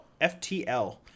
FTL